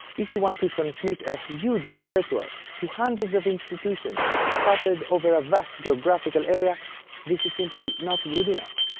if you want to transmit a huge repertoire to hundreds of institutions scattered over a vast geographical area this is simply not good enough.